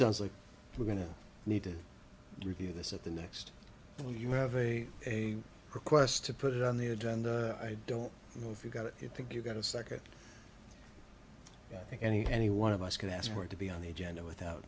sounds like we're going to need to review this at the next you have a a request to put it on the agenda i don't know if you've got it you think you've got a second i think any any one of us could ask for it to be on the agenda without